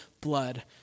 blood